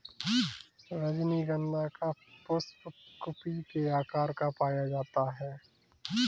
रजनीगंधा का पुष्प कुपी के आकार का पाया जाता है